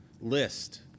list